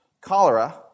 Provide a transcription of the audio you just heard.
cholera